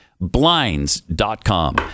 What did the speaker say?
Blinds.com